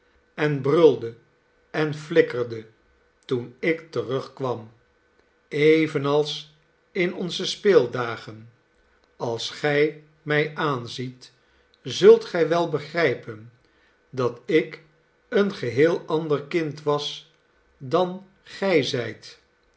en brulde en flikkerde toen ik terugkwam evenals in onze speeldagen als gij mij aanziet zult gij wel begrijpen dat ik een geheel ander kind was dan gij zijt